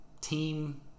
team